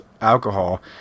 alcohol